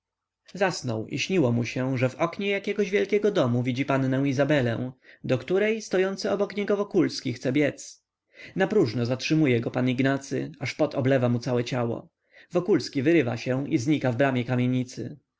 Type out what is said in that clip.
zasnął i śniło mu się że w oknie jakiegoś wielkiego domu widzi pannę izabelę do której stojący obok niego wokulski chce biedz napróżno zatrzymuje go pan ignacy aż pot oblewa mu całe ciało wokulski wyrywa się i znika w bramie kamienicy